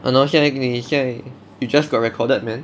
!hannor! 现在你现在 you just got recorded man